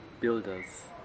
builders